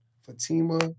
Fatima